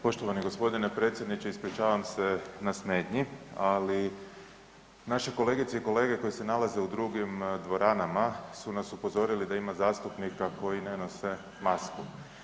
Poštovani g. predsjedniče, ispričavam se na smetnji, ali naše kolegice i kolege koji se nalaze u drugim dvoranama su nas upozorili da ima zastupnika koji ne nose masku.